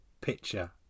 picture